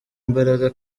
imbaraga